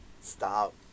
stop